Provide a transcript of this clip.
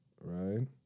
Right